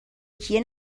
کیه